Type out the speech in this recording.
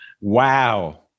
Wow